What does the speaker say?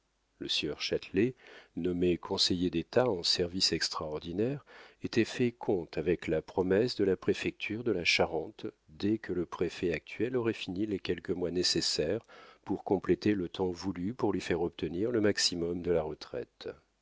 le sieur châtelet nommé conseiller d'état en service extraordinaire était fait comte avec la promesse de la préfecture de la charente dès que le préfet actuel aurait fini les quelques mois nécessaires pour compléter le temps voulu pour lui faire obtenir le maximum de la retraite